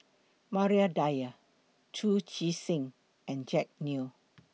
Maria Dyer Chu Chee Seng and Jack Neo